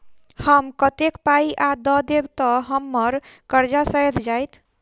हम कतेक पाई आ दऽ देब तऽ हम्मर सब कर्जा सैध जाइत?